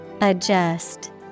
Adjust